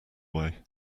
away